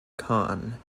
khan